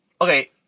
okay